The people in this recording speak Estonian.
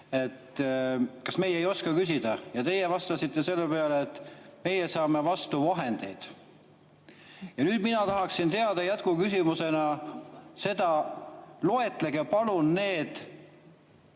kas meie ei oska küsida, ja teie vastasite selle peale, et meie saame vastu vahendeid. Nüüd mina tahaksin jätkuküsimusena teada seda: loetlege palun need